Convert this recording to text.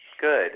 Good